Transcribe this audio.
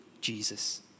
Jesus